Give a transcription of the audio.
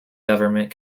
government